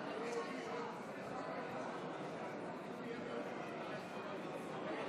ההצבעה: בעד,